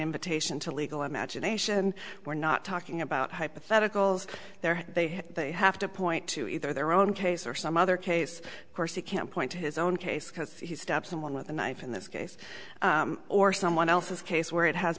invitation to legal imagination we're not talking about hypotheticals there they have they have to point to either their own case or some other case of course you can't point to his own case because he steps someone with a knife in this case or someone else's case where it has